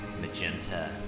magenta